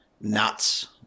nuts